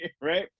right